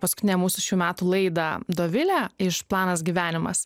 paskutinę mūsų šių metų laidą dovilę iš planas gyvenimas